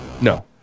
No